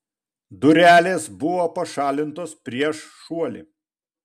durelės buvo pašalintos prieš šuolį